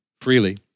freely